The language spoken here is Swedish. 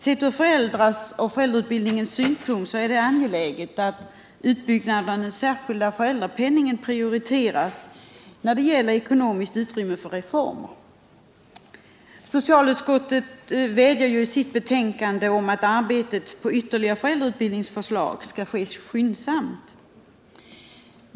Sett ur föräldrarnas och föräldrautbildningens synpunkt är det angeläget att utbyggnaden av den särskilda föräldrapenningen prioriteras när det gäller ekonomiskt utrymme för reformer. Socialutskottet vädjar i sitt betänkande om att arbetet på ytterligare föräldrautbildningsförslag skall ske skyndsamt.